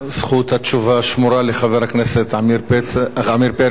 זכות התשובה שמורה לחבר הכנסת עמיר פרץ,